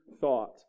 thought